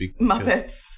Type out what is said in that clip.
Muppets